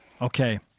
Okay